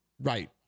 Right